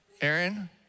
Aaron